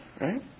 Right